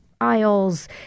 aisles